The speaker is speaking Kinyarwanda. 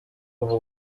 uwo